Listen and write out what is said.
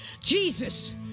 Jesus